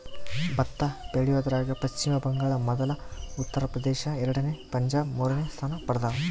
ಭತ್ತ ಬೆಳಿಯೋದ್ರಾಗ ಪಚ್ಚಿಮ ಬಂಗಾಳ ಮೊದಲ ಉತ್ತರ ಪ್ರದೇಶ ಎರಡನೇ ಪಂಜಾಬ್ ಮೂರನೇ ಸ್ಥಾನ ಪಡ್ದವ